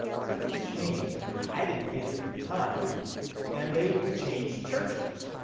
something changed and i didn't get it at the time and they changed churches.